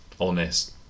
honest